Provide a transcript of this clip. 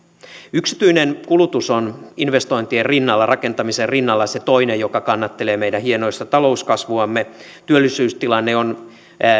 yksityinen kulutus on investointien rinnalla rakentamisen rinnalla se toinen joka kannattelee meidän hienoista talouskasvuamme työllisyystilanne on